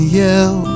yell